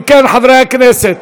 אם כן, חברי הכנסת,